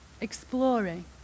Exploring